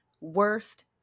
worst